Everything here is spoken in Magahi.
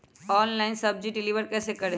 ऑनलाइन सब्जी डिलीवर कैसे करें?